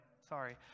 Sorry